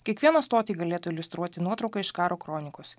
kiekvieną stotį galėtų iliustruoti nuotrauka iš karo kronikos